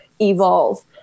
evolve